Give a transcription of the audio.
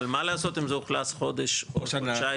אבל מה לעשות אם זה אוכלס לפני חודש או חודשיים?